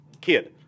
kid